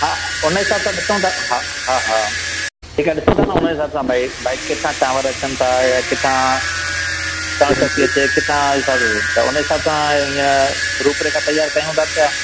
हा उन हिसाब सां ॾिसूं था हा हा ठीकु आहे उन हिसाब सां ॾिसूं था भई किथां चांवर अचनि था किथां कणिक थी अचे किथां उन हिसाब सां ईअं रूपरेखा तयारु कयूं था पिया